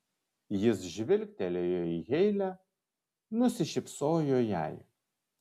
jis žvilgtelėjo į heile nusišypsojo jai